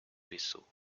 vaisseau